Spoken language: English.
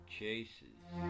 Chases